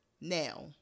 now